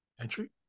entry